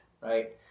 right